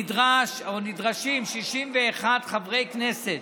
נדרשים 61 חברי כנסת